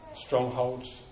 strongholds